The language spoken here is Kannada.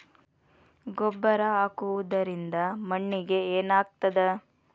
ಗೊಬ್ಬರ ಹಾಕುವುದರಿಂದ ಮಣ್ಣಿಗೆ ಏನಾಗ್ತದ?